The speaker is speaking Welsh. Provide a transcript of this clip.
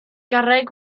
garreg